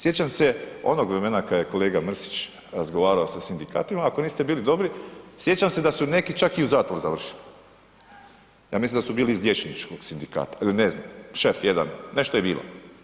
Sjećam se onog vremena kad je kolega Mrsić razgovaramo sa sindikatima, ako niste bili dobri, sjećam se da su neki čak i u zatvoru završili, ja mislim da u bili iz liječničkog sindikata ili ne znam, šef jedan, nešto je bilo.